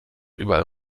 überall